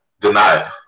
denied